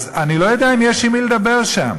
אני לא יודע אם יש עם מי לדבר שם,